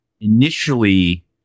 initially